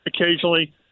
occasionally